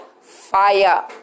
fire